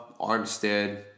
Armstead